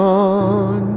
on